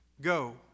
go